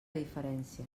diferència